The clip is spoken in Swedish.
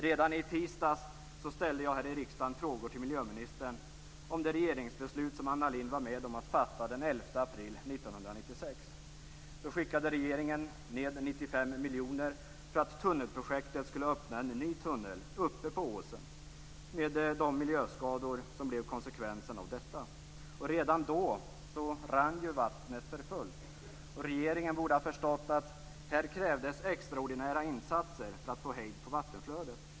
Redan i tisdags ställde jag här i riksdagen frågor till miljöministern om det regeringsbeslut som Anna Lindh var med om att fatta den 11 april 1996. Regeringen skickade då ned 95 miljoner kronor för att tunnelprojektet skulle öppna en ny tunnel uppe på åsen. Konsekvensen av detta blev miljöskador. Redan då rann vattnet för fullt. Regeringen borde ha förstått att här krävdes extraordinära insatser för att få hejd på vattenflödet.